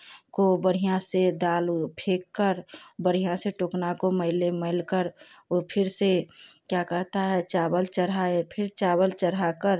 को बढ़िया से दाल वह फेंक कर बढ़िया से टोकना को मले मलकर और फिर से क्या कहता है चावल चढ़ाए फिर चावल चढ़ाकर